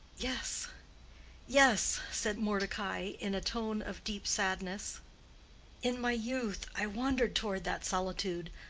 yes yes, said mordecai, in a tone of deep sadness in my youth i wandered toward that solitude,